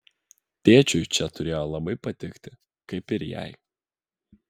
tėčiui čia turėjo labai patikti kaip ir jai